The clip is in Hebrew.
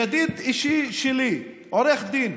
ידיד אישי שלי, עורך דין,